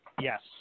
Yes